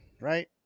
right